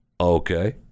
okay